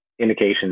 indication